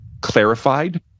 clarified